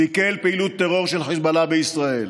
סיכל פעילות טרור של חיזבאללה בישראל.